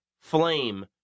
flame